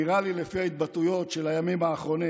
נראה לי, לפי ההתבטאויות של הימים האחרונים,